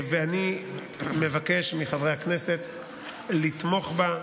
ואני מבקש מחברי הכנסת לתמוך בה.